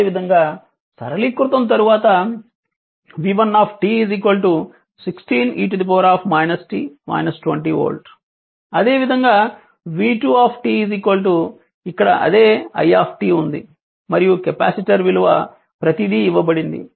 అదేవిధంగా సరళీకృతం తరువాత v1 16 e t 20 వోల్ట్ అదేవిధంగా v2 ఇక్కడ అదే i ఉంది మరియు కెపాసిటర్ విలువ ప్రతిదీ ఇవ్వబడింది